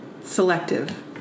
Selective